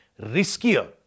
riskier